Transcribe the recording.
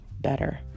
better